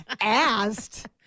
asked